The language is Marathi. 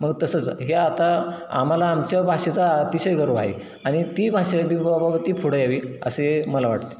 मग तसंच हे आता आम्हाला आमच्या भाषेचा अतिशय गर्व आहे आणि ती भाषा बि बाबा ती पुढं यावी असे मला वाटते